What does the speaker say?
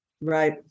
right